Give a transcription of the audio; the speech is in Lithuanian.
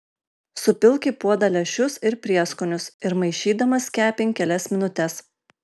supilk į puodą lęšius ir prieskonius ir maišydamas kepink kelias minutes